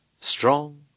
strong